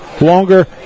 longer